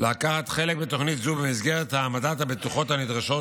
לקחת חלק בתוכנית זו במסגרת העמדת הבטוחות הנדרשות